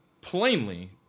plainly